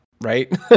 right